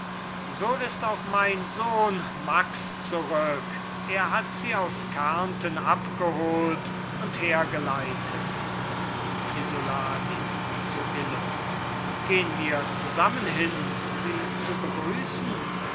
so ist auch mein sohn max zurück er hat sie aus kärnten abgeholt und hergeleitet isolani zu illo gehn wir zusammen hin sie zu begrüßen